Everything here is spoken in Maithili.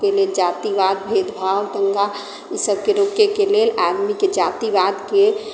के लेल जातिवाद भेदभाव दंगा ईसभके रोकयके लेल आदमीकेँ जातिवादके